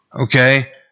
Okay